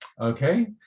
Okay